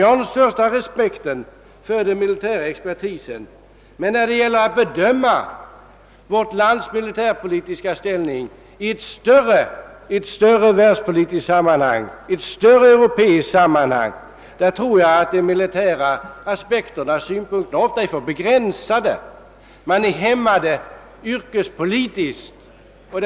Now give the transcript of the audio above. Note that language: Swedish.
Jag har den största respekt för militär expertis, men när det gäller att bedöma vårt lands militärpolitiska ställning i ett större europeiskt sammanhang eller ett större världspolitiskt sammanhang, tror jag att de militära aspekterna ofta är för begränsade. Man är hämmad av yrkespolitiska hänsyn.